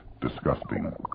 disgusting